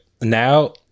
now